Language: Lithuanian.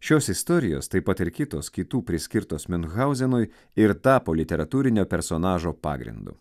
šios istorijos taip pat ir kitos kitų priskirtos miunhauzenui ir tapo literatūrinio personažo pagrindu